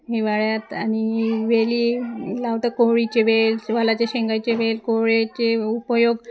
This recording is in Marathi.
हिवाळ्यात आणि वेली लावता कोहळीचे वेल वालाचे शेंगाचे वेल कोहळीचे उपयोग